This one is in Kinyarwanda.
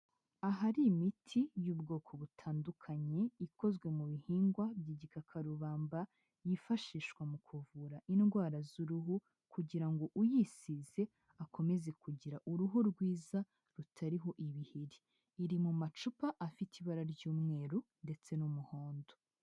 Ahari imiti y'ubwoko butandukanye, ikozwe mu bihingwa by'igikakarubamba, yifashishwa mu kuvura indwara z'uruhu kugira ngo uyisize akomeze kugira uruhu rwiza rutariho ibiheri, iri mu macupa afite ibara ry'umweru ndetse n'umuhondo.